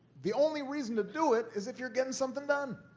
the only reason to do it is if you're getting something done.